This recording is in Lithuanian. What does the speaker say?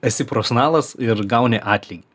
esi profesionalas ir gauni atlygį